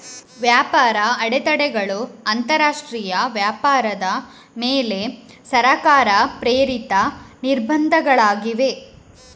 ವ್ಯಾಪಾರ ಅಡೆತಡೆಗಳು ಅಂತರಾಷ್ಟ್ರೀಯ ವ್ಯಾಪಾರದ ಮೇಲೆ ಸರ್ಕಾರ ಪ್ರೇರಿತ ನಿರ್ಬಂಧಗಳಾಗಿವೆ